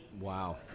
Wow